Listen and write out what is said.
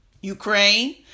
Ukraine